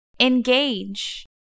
Engage